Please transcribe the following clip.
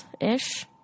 ish